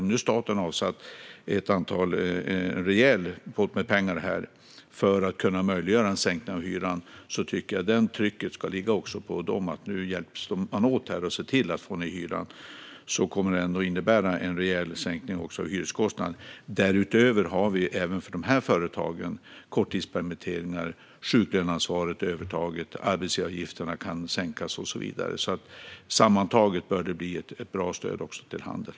Om nu staten har avsatt en rejäl pott med pengar för att möjliggöra en sänkning av hyran tycker jag att det trycket ska ligga på dem: Nu hjälps man åt här och ser till att få ned hyran! Då kommer detta att innebära en rejäl sänkning av hyreskostnaden. Därutöver har vi även för de här företagen korttidspermitteringar, övertaget sjuklöneansvar, arbetsgivaravgifter som kan sänkas och så vidare. Sammantaget bör det bli ett bra stöd även till handeln.